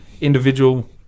individual